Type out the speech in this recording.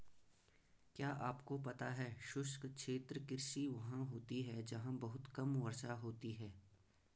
क्या आपको पता है शुष्क क्षेत्र कृषि वहाँ होती है जहाँ बहुत कम वर्षा होती है?